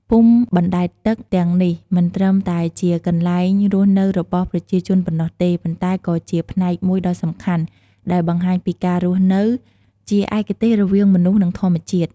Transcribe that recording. ភូមិបណ្ដែតទឹកទាំងនេះមិនត្រឹមតែជាកន្លែងរស់នៅរបស់ប្រជាជនប៉ុណ្ណោះទេ ប៉ុន្តែក៏ជាផ្នែកមួយដ៏សំខាន់ ដែលបង្ហាញពីការរស់នៅជាឯកទេសរវាងមនុស្ស និងធម្មជាតិ។ ។